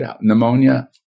pneumonia